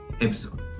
episode